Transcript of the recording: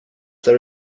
there